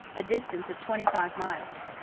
a distance of twenty-five miles.